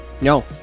No